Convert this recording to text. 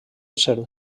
ser